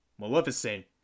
Maleficent